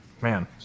man